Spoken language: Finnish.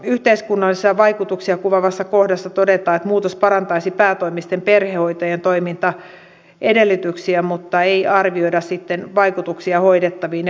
yhteiskunnallisia vaikutuksia kuvaavassa kohdassa todetaan että muutos parantaisi päätoimisten perhehoitajien toimintaedellytyksiä mutta ei arvioida vaikutuksia hoidettaviin